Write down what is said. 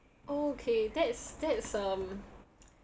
okay that's that's um